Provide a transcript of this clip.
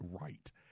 right